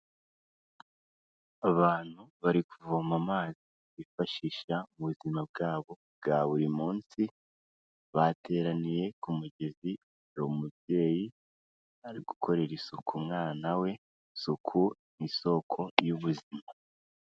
Abantu bari kuvoma amazi, bifashisha mu buzima bwabo bwa buri munsi. Bateraniye ku mugezi, umubyeyi ari gukorera isuku umwana we. Isuku nk'isoko y'ubuzima.